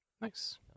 Nice